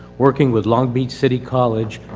working with long beach city college,